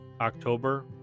October